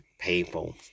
people